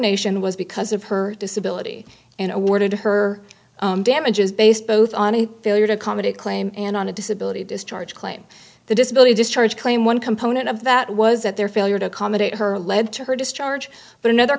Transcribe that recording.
nation was because of her disability awarded her damages based both on a failure to accommodate claim and on a disability discharge claim the disability discharge claim one component of that was that their failure to accommodate her led to her discharge but another